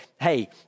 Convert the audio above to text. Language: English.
hey